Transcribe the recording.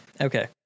okay